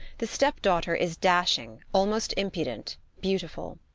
the step-daughter, is dashing, almost impudent, beautiful.